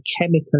chemical